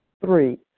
Three